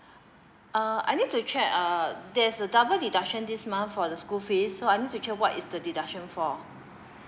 uh I need to check uh there's a double deduction this month for the school fees so I need to check what is the deduction for